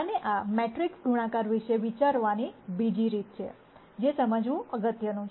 અને આ મેટ્રિક્સ ગુણાકાર વિશે વિચારવાની બીજી રીત છે જે સમજવું અગત્યનું છે